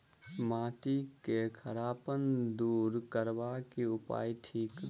माटि केँ खड़ापन दूर करबाक की उपाय थिक?